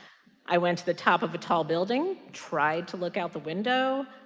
i went to the top of a tall building, tried to look out the window.